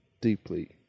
deeply